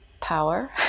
power